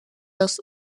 los